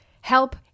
Help